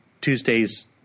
Tuesdays